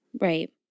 Right